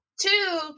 Two